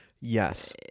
yes